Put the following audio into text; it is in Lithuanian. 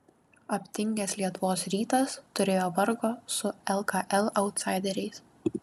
aptingęs lietuvos rytas turėjo vargo su lkl autsaideriais